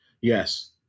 Yes